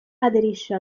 aderisce